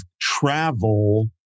travel